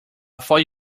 thought